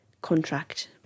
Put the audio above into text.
contract